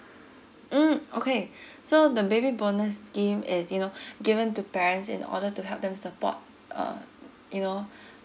mm okay so the baby bonus scheme is you know given to parents in order to help them support uh you know